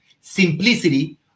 simplicity